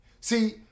See